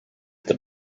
the